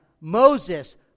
Moses